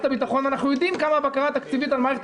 הביטחון - אנחנו יודעים כמה הבקרה התקציבית על מערכת